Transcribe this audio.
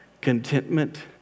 contentment